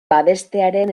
babestearen